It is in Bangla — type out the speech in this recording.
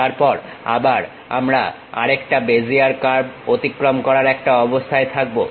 তারপর আবার আমরা আরেকটা বেজিয়ার কার্ভ অতিক্রম করার একটা অবস্থায় থাকবো